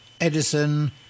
Edison